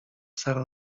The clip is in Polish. sara